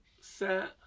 set